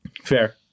fair